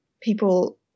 people